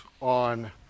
on